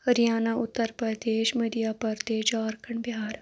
Haryana Uttar Pradesh Madhya Pradesh Jharkhand Bihar